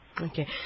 Okay